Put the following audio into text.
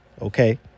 okay